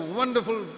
wonderful